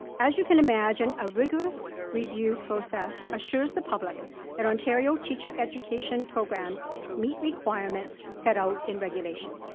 as you can imagine, a rigorous review process assures the public that ontario teacher education programs meet requirements set out in regulation.